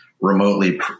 remotely